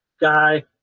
guy